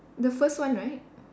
the first one right